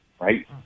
right